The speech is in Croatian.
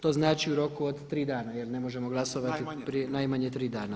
To znači u roku od tri dana, jer ne možemo glasovati, najmanje tri dana.